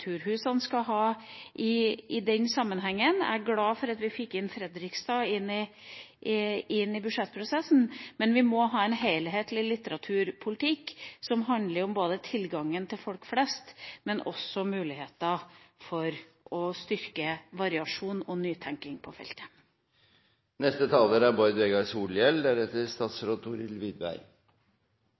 vi skal satse på bibliotekene framover og hvilken rolle litteraturhusene skal ha i den sammenhengen. Jeg er glad for at vi fikk Fredrikstad inn i budsjettprosessen, men vi må ha en helhetlig litteraturpolitikk som handler om tilgangen til folk flest, og også om muligheter for å styrke variasjon og nytenking på feltet.